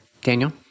Daniel